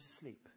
sleep